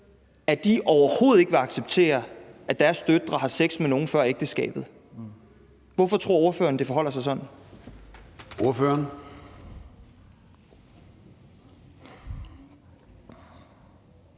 at de overhovedet ikke vil acceptere, at deres døtre har sex med nogen før ægteskabet. Hvorfor tror ordføreren det forholder sig sådan?